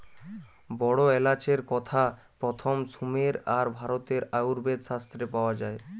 বড় এলাচের কথা প্রথম সুমের আর ভারতের আয়ুর্বেদ শাস্ত্রে পাওয়া যায়